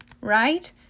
right